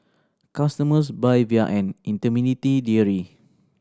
customers buy via an